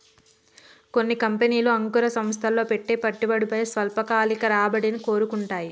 కొన్ని కంపెనీలు అంకుర సంస్థల్లో పెట్టే పెట్టుబడిపై స్వల్పకాలిక రాబడిని కోరుకుంటాయి